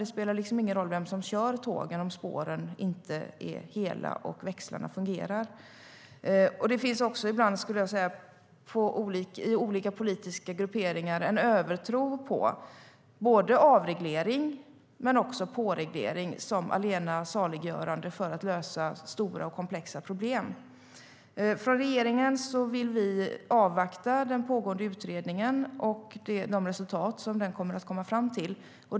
Det spelar ingen roll vem som kör tågen om inte spåren är hela och växlarna fungerar. Det finns också ibland, skulle jag säga, i olika politiska grupperingar en övertro på avreglering respektive påreglering som allena saliggörande för att lösa stora och komplexa problem. Regeringen vill avvakta den pågående utredningen och de resultat som den kommer att komma fram till.